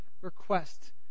request